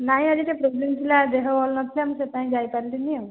ନାହିଁ ଆଜି ସେ ପ୍ରୋବ୍ଲେମ୍ ଥିଲା ଦେହ ଭଲ୍ ନଥିଲା ମୁଁ ସେଥିପାଇଁ ଟିକେ ଯାଇପାରିଲିନି ଆଉ